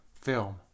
film